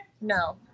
no